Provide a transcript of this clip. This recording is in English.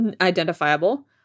identifiable